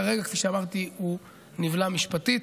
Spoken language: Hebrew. כרגע, כפי שאמרתי, הוא נבלע משפטית,